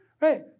Right